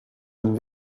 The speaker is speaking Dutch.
een